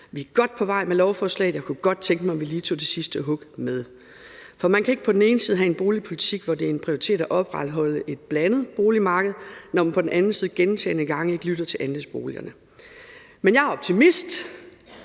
Vi er godt på vej med lovforslaget, men jeg kunne godt tænke mig, at vi lige tog det sidste hug med, for man kan ikke på den ene side have en boligpolitik, hvor det er en prioritet at opretholde et blandet boligmarked, når man på den anden side gentagne gange ikke lytter til andelsboligejere. Men jeg er optimist.